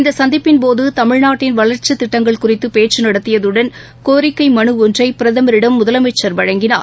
இந்தசந்திப்பின்போதுமிழ்நாட்டின் வள்ச்சிக் திட்டங்கள் குறித்துபேச்சுநடத்தியதுடன் கோரிக்கைமனுஒன்றைபிரதமரிடம் முதலமைச்சர் வழங்கினார்